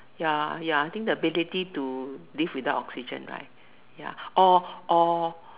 ya ya I think the ability to live without oxygen right ya or or